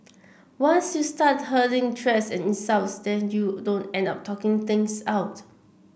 once you start hurling threats and insults then you don't end up talking things out